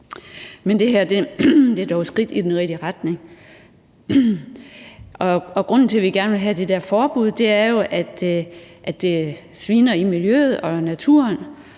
Men det her er dog et skridt i den rigtige retning. Grunden til, at vi gerne vil have det der forbud, er jo, at det sviner i miljøet og naturen